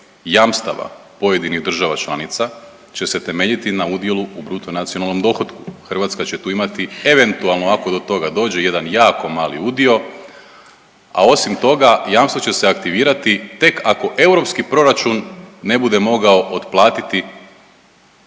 jamstava pojedinih država članica će se temeljiti na udjelu u bruto nacionalnom dohotku. Hrvatska će tu imati eventualno ako do toga dođe jedan jako mali udio, a osim toga jamstvo će se aktivirati tek ako europski proračun ne bude mogao otplatiti